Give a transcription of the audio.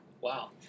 Wow